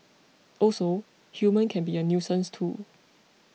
also humans can be a nuisance too